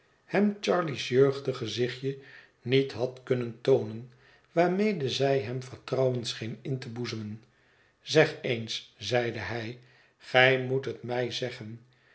hem charley's jeugdig gezichtje niet had kunnen toonen waarmede zij hem vertrouwen scheen in te boezemen zeg eens zeide hij gij moet het mij zeggen